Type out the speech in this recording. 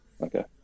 Okay